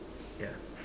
ya